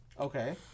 okay